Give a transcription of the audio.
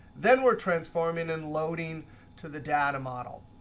then we're transforming and loading to the data model.